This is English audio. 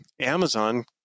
Amazon